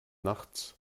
nachts